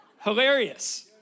Hilarious